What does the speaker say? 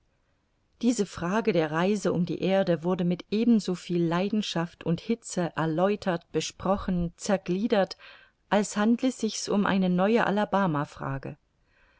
diese frage der reise um die erde wurde mit ebensoviel leidenschaft und hitze erläutert besprochen zergliedert als handle sich's um eine neue